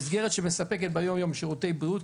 מסגרת שמספקת ביום יום שירותי בריאות,